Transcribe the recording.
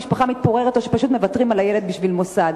המשפחה מתפוררת או שפשוט מוותרים על הילד בשביל מוסד.